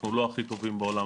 אנחנו לא הכי טובים בעולם,